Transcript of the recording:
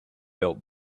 built